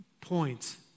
points